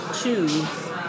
choose